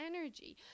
energy